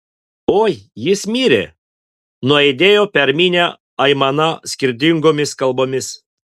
oi jis mirė nuaidėjo per minią aimana skirtingomis kalbomis